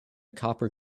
copper